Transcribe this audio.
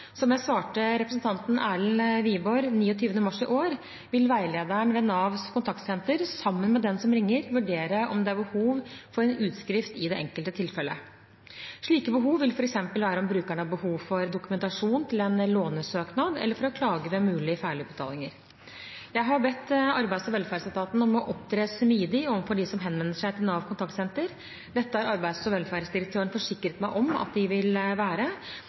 Som jeg svarte representanten Erlend Wiborg 29. mars i år, vil veilederen ved NAV Kontaktsenter sammen med den som ringer, vurdere om det er behov for en utskrift i det enkelte tilfellet. Slike behov vil f.eks. være om brukeren har behov for dokumentasjon til en lånesøknad, eller for å klage ved mulige feilutbetalinger. Jeg har bedt Arbeids- og velferdsetaten om å opptre smidig overfor dem som henvender seg til NAV Kontaktsenter. Dette har arbeids- og velferdsdirektøren forsikret meg om at de vil være,